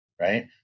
Right